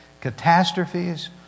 catastrophes